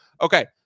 Okay